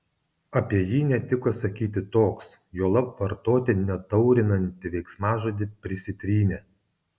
apie jį netiko sakyti toks juolab vartoti netaurinantį veiksmažodį prisitrynė